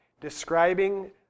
Describing